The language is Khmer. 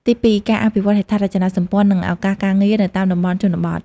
ទីពីរ ការអភិវឌ្ឍន៍ហេដ្ឋារចនាសម្ព័ន្ធ និងឱកាសការងារនៅតាមតំបន់ជនបទ។